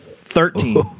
Thirteen